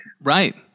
Right